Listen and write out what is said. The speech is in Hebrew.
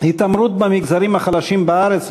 1738 בנושא: התעמרות במגזרים החלשים בארץ,